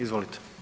Izvolite.